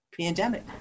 pandemic